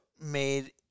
made